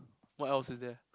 what else is there